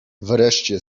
wreszcie